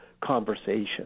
conversation